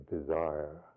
desire